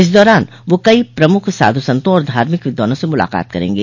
इस दौरान वह कई प्रमुख साधु संतों और धार्मिक विद्वानों से मुलाकात करेंगे